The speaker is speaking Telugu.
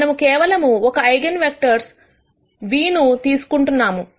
మనము కేవలము ఒక ఐగన్ వెక్టర్స్ v ను తీసుకుంటున్నాము